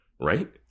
right